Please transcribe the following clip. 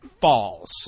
falls